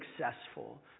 successful